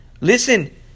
Listen